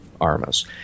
ARMAs